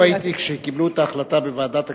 הואיל והייתי כשקיבלו את ההחלטה בוועדת הכספים,